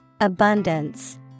Abundance